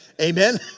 Amen